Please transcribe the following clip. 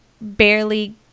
barely